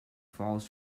falls